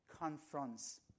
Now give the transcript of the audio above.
confronts